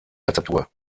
rezeptur